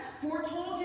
foretold